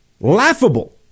laughable